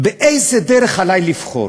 באיזו דרך עלי לבחור?